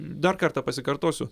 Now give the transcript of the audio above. dar kartą pasikartosiu